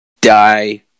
die